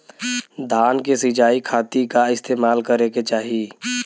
धान के सिंचाई खाती का इस्तेमाल करे के चाही?